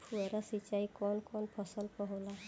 फुहार सिंचाई कवन कवन फ़सल पर होला?